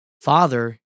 Father